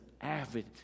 avid